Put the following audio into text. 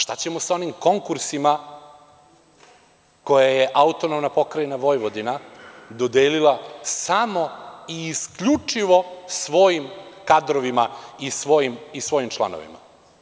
Šta ćemo sa onim konkursima koje AP Vojvodina dodelila samo i isključivo svojim kadrovima i svojim članovima.